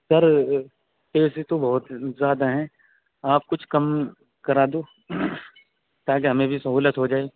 سر پیسے تو بہت زیادہ ہیں آپ کچھ کم کرا دو تاکہ ہمیں بھی سہولت ہو جائے